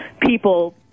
people